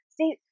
see